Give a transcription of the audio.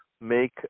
make